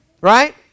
right